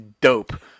dope